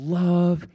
love